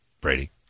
Brady